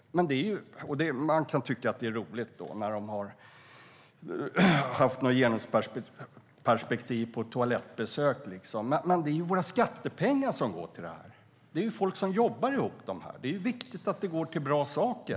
Man kan tycka att det är roligt med genusperspektiv på toalettbesök. Men det är våra skattepengar som går till detta. Det är folk som jobbar ihop dessa pengar, och det är viktigt att dessa pengar går till bra saker.